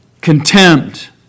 contempt